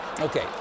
Okay